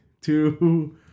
two